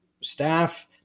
staff